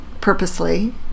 purposely